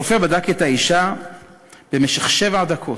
הרופא בדק את האישה במשך שבע דקות.